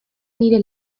nire